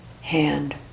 Hand